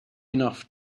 enough